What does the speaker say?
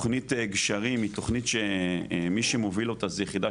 תכנית גשרים היא תכנית שמי שמוביל אותה זה יחידה